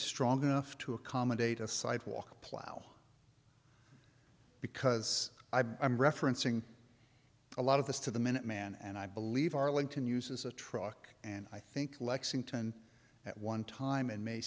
strong enough to accommodate a sidewalk plow because i'm referencing a lot of this to the minute man and i believe arlington uses a truck and i think lexington at one time and may